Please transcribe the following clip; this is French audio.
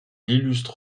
illustre